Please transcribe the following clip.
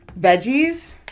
veggies